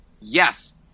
Yes